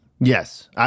Yes